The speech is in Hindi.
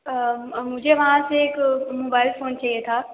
मुझे वहाँ से एक मोबाइल फ़ोन चाहिए था